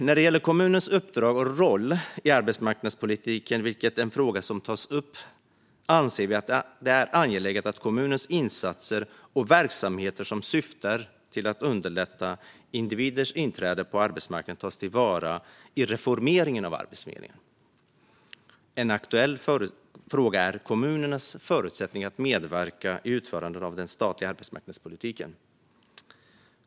När det gäller kommunernas uppdrag och roll i arbetsmarknadspolitiken, vilket är en fråga som tas upp, anser vi att det är angeläget att kommunernas insatser och verksamheter som syftar till att underlätta individers inträde på arbetsmarknaden tas till vara i reformeringen av Arbetsförmedlingen. En aktuell fråga är kommunernas förutsättningar att medverka i utförandet av den statliga arbetsmarknadspolitiken.